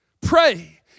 Pray